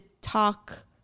talk